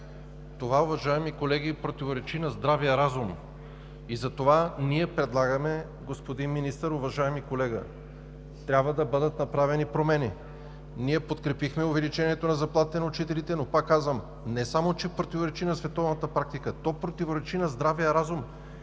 Това, уважаеми колеги, противоречи на здравия разум и затова предлагаме, господин Министър, уважаеми колега, да бъдат направени промени. Ние подкрепихме увеличението на заплатите на учителите, но пак казвам: не само че противоречи на световната практика, то противоречи на здравия разум